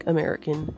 American